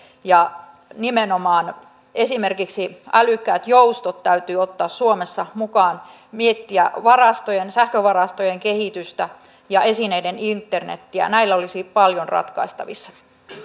ja nimenomaan esimerkiksi älykkäät joustot täytyy ottaa suomessa mukaan miettiä varastojen sähkövarastojen kehitystä ja esineiden internetiä näillä olisi paljon ratkaistavissa